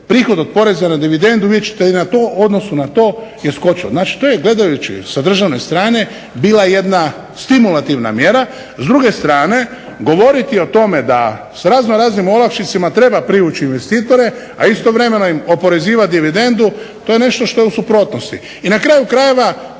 prihod od poreza na dividendu vidjet ćete i na to u odnosu na to je skočio. Znači, to je gledajući sa državne strane bila jedna stimulativna mjera. S druge strane, govoriti o tome da se razno raznim olakšicama treba privući investitore, a istovremeno im oporezivati dividendu to je nešto što je u suprotnosti. I na kraju krajeva